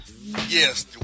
Yes